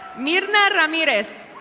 nirna nirna ramirez.